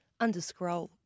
underscroll